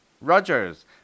Rogers